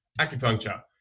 acupuncture